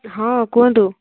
ହଁ କୁହନ୍ତୁ